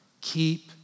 keep